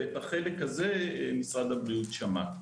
ואת החלק הזה משרד הבריאות שמע.